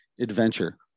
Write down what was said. adventure